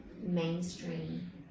mainstream